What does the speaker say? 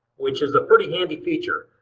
which is a pretty handy feature.